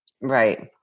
Right